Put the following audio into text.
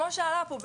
כמו שעלה פה,